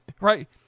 right